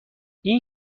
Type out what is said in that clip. این